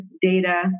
data